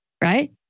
right